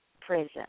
prison